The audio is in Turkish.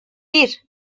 bir